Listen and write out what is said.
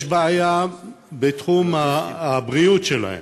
יש בעיה בתחום הבריאות שלהם,